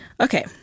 Okay